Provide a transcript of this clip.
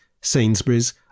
sainsbury's